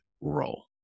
role